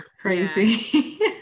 Crazy